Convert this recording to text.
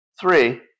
Three